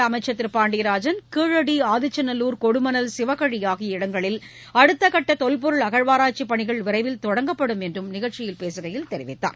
மாநில அமைச்சா் திரு பாண்டியராஜன் கீழடி ஆதிச்சநல்லூா் கொடுமணல் சிவகழி ஆகிய இடங்களில் அடுத்தக்கட்ட தொல்பொருள் அகழ்வாராய்ச்சிப் பணிகள் விரைவில் தொடங்கப்படும் என்று நிகழ்ச்சியில் பேசுகையில் தெரிவித்தார்